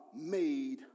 made